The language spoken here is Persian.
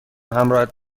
همراهت